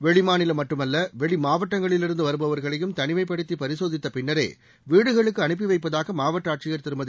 வெளிமாநிலம் மட்டுமல்ல வெளிமாவட்டங்களில் வருபவா்களையும் தனிமைப்படுத்தி பரிசோதித்த பிள்னரே வீடுகளுக்கு அனுப்பி வைப்பதாக மாவட்ட ஆட்சியர் திருமதி